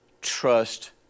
trust